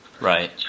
Right